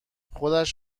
خودش